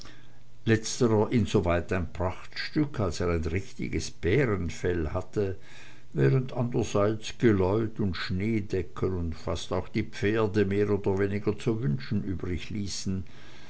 letzterer insoweit ein prachtstück als er ein richtiges bärenfell hatte während andrerseits geläut und schneedecken und fast auch die pferde mehr oder weniger zu wünschen